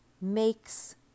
makes